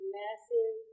massive